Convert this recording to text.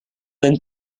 than